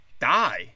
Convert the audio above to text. Die